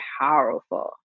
powerful